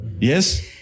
Yes